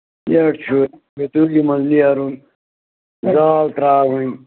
یہِ حظ چھُ یوٚتن یِمن نیرُن تار ترٛاوٕنۍ